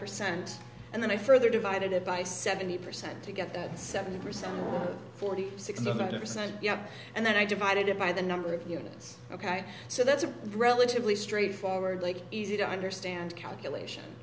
percent and then i further divided it by seventy percent to get that seventy percent forty six not a percent and then i divided it by the number of units ok so that's a relatively straightforward like easy to understand calculation